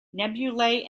nebulae